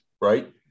right